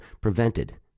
prevented